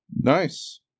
Nice